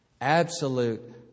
Absolute